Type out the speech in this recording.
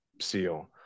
seal